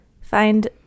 find